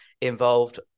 involved